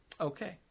okay